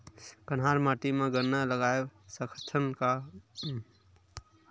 कन्हार माटी म गन्ना लगय सकथ न का?